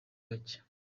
bake